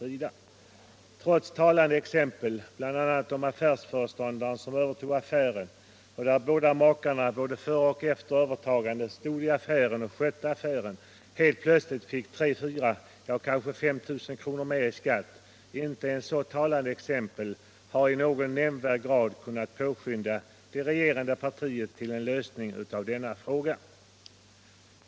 Inte ens talande exempel, bl.a. det att affärsföreståndaren, som övertog affären där båda makarna — både före och efter övertagandet — stod i affären och skötte den, helt plötsligt fick 3 000-4 000, ja, kanske 5 000 kr. mer i skatt, har i någon nämnvärd grad kunnat förmå det regerande partiet att påskynda en lösning av denna fråga.